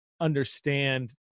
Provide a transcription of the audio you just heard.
understand